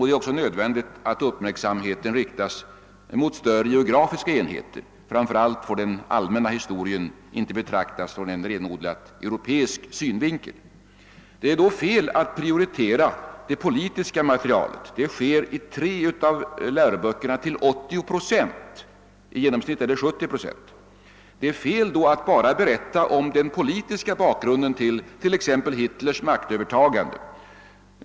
Det är också nödvändigt att uppmärksamheten riktas mot större geografiska enheter. Framför allt får den allmänna historien inte betraktas ur en renodlat europeisk synvinkel. Det är då fel att, såsom är fallet i tre av läroböckerna, till 80 procent prioritera det politiska materialet. Genomsnittligt har så varit fallet till 70 procent. Det är t.ex. fel att bara berätta om den politiska bakgrunden till Hitlers maktövertagande.